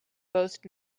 both